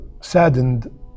saddened